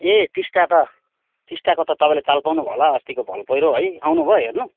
ए टिस्टा त टिस्टाको त तपाईँले चाल पाउनु भयो होला अस्तिको भल पैह्रो है आउनु भयो हेर्नु